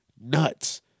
nuts